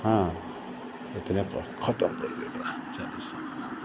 हँ इतनेपर खतम भेलै